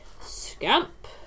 Scamp